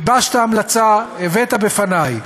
גיבשת המלצה, הבאת בפני.